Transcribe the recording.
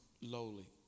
lowly